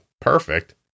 perfect